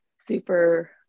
super